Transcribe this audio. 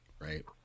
Right